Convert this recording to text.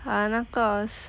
!huh! 那个